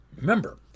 Remember